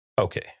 Okay